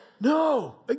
No